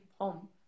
home